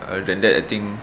other than that I think